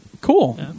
Cool